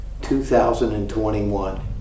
2021